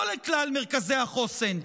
לא לכלל מרכזי החוסן,